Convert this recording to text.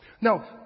Now